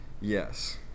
Yes